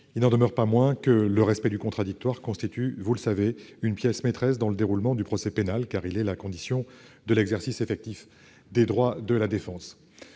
il n'en demeure pas moins que le respect du contradictoire constitue une pièce maîtresse dans le déroulement du procès pénal, car il est la condition de l'exercice effectif des droits de la défense.